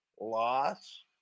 loss